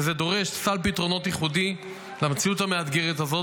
זה דורש סל פתרונות ייחודי למציאות המאתגרת הזאת,